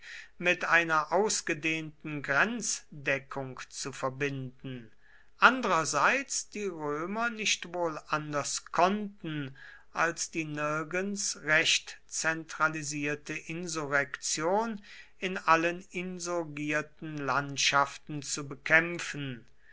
mit einer ausgedehnten grenzdeckung zu verbinden andrerseits die römer nicht wohl anders konnten als die nirgends recht zentralisierte insurrektion in allen insurgierten landschaften zu bekämpfen